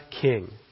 King